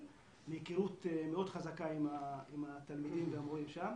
מהיכרות מאוד חזקה עם התלמידים והמורים שם.